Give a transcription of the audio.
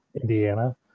Indiana